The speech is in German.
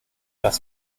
das